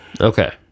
okay